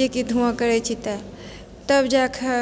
जेकि धुआँ करै छिए तऽ तब जाकऽ